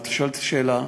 את שואלת אותי שאלה,